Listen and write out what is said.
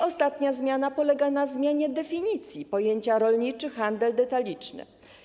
Ostatnia zmiana polega na zmianie definicji pojęcia rolniczy handel detaliczny.